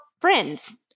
friends